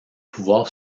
pouvoir